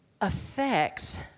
affects